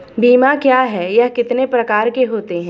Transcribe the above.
बीमा क्या है यह कितने प्रकार के होते हैं?